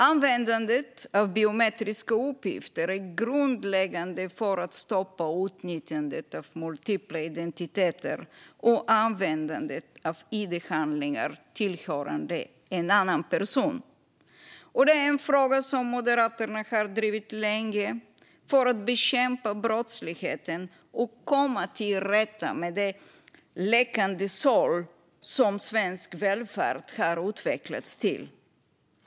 Användandet av biometriska uppgifter är grundläggande för att stoppa utnyttjandet av multipla identiteter och användandet av id-handlingar tillhörande en annan person. Detta är en fråga som Moderaterna har drivit länge. Det handlar om att bekämpa brottsligheten och komma till rätta med det läckande såll som svensk välfärd har utvecklats till.